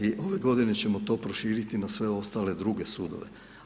I ove godine ćemo to proširiti i na sve ostale druge sudove.